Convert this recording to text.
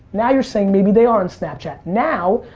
now you're saying maybe they are on snapchat. now,